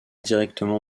directement